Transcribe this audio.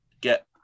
get